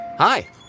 Hi